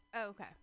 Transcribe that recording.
Okay